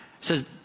says